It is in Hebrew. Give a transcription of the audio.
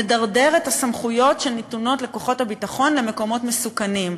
נדרדר את הסמכויות שנתונות לכוחות הביטחון למקומות מסוכנים,